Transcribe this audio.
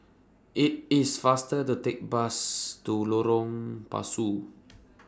IT IS faster to Take Bus to Lorong Pasu